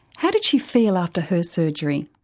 how did she feel after her surgery?